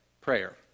prayer